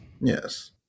Yes